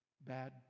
bad